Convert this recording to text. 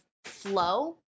flow